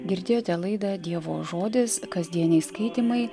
girdėjote laidą dievo žodis kasdieniai skaitymai